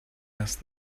asked